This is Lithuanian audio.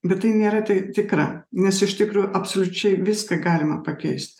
bet tai nėra tai tikra nes iš tikro absoliučiai viską galima pakeist